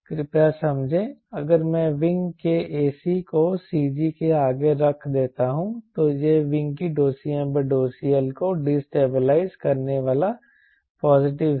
कृपया समझें अगर मैं विंग के ac को CG के आगे रख देता हूं तो यह विंग की CmCL को डीस्टेबलाइज़ करने वाला पॉजिटिव है